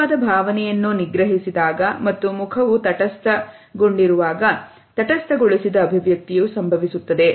ನಿಜವಾದ ಭಾವನೆಯನ್ನು ನಿಗ್ರಹಿಸಿದಾಗ ಮತ್ತು ಮುಖವು ತಟಸ್ಥ ಗುಂಡ್ ಇರುವಾಗ ತಟಸ್ಥಗೊಳಿಸಿದ ಅಭಿವ್ಯಕ್ತಿಯು ಸಂಭವಿಸುತ್ತದೆ